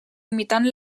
imitant